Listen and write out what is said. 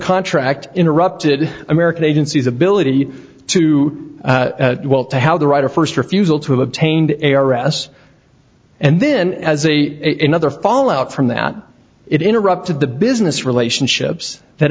contract interrupted american agencies ability to well to how the right of first refusal to obtain a r s and then as a in other fall out from that it interrupted the business relationships that